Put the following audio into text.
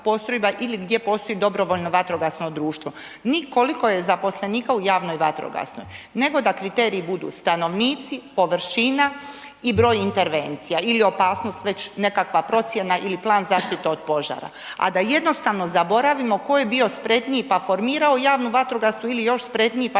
postrojba ili gdje postoji dobrovoljno vatrogasno društvo, ni koliko je zaposlenika u javnoj vatrogasnoj nego da kriteriji budu stanovnici, površina i broj intervencija ili opasnost, već nekakva procjena ili plan zaštite od požara. A da jednostavno zaboravimo tko je bio spretniji pa formirao javnu vatrogasnu ili još spretniji pa